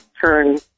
turn